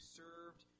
served